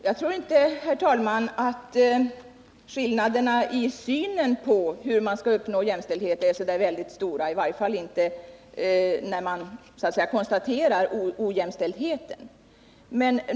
Herr talman! Jag tror inte att skillnaderna i synen på hur man skall uppnå självständighet är så särskilt stora, i varje fall inte när man så att säga konstaterar ojämställdheten.